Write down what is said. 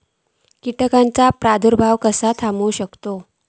कीटकांचो प्रादुर्भाव कसो थांबवू शकतव?